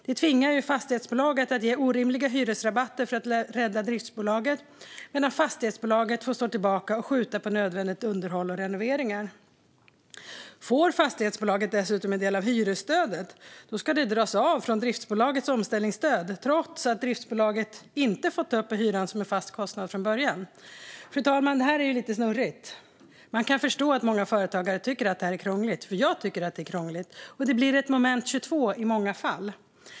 Det tvingar fastighetsbolaget att ge orimliga hyresrabatter för att rädda driftsbolaget, medan fastighetsbolaget får stå tillbaka och skjuta på nödvändigt underhåll och renoveringar. Får fastighetsbolaget dessutom del av hyresstödet ska det dras av från driftsbolagets omställningsstöd, trots att driftsbolaget inte fått ta upp hyran som en fast kostnad från början. Fru talman! Det här är lite snurrigt. Man kan förstå att många företagare tycker att det är krångligt. Jag tycker själv att det är krångligt. Det blir ett moment 22 i många fall.